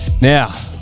Now